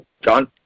John